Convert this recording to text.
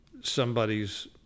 somebody's